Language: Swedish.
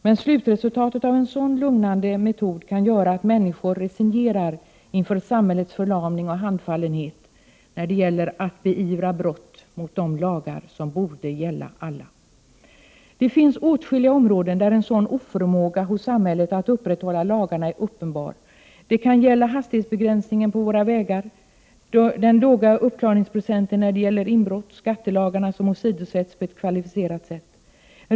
Men slutresultatet av en sådan lugnande attityd kan göra att människor resignerar inför samhällets förlamning och handfallenhet när det gäller att beivra brott mot de lagar som borde gälla alla. Det finns åtskilliga områden där en sådan oförmåga hos samhället att upprättahålla lagarna är uppenbar. Det kan gälla hastighetsbegränsningen på våra vägar, den låga uppklarningsprocenten när det gäller inbrott eller skattelagarna som åsidosätts på ett kvalificerat sätt.